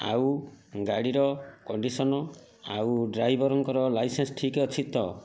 ଆଉ ଗାଡ଼ିର କଣ୍ଡିସନ୍ ଆଉ ଡ୍ରାଇଭରଙ୍କର ଲାଇସେନ୍ସ୍ ଠିକ୍ ଅଛି ତ